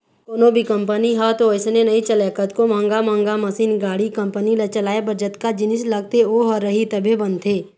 कोनो भी कंपनी ह तो अइसने नइ चलय कतको महंगा महंगा मसीन, गाड़ी, कंपनी ल चलाए बर जतका जिनिस लगथे ओ ह रही तभे बनथे